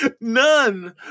none